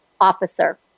officer